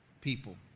people